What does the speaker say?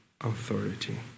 authority